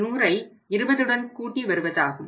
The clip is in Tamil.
100ஐ 20உடன் கூட்டி வருவதாகும்